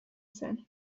zen